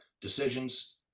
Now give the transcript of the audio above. decisions